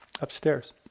upstairs